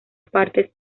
partes